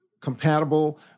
compatible